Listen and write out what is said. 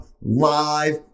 live